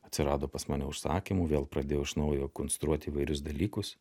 atsirado pas mane užsakymų vėl pradėjau iš naujo konstruoti įvairius dalykus